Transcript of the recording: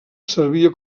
servia